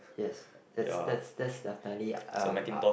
yes that's that's that's the fairly um up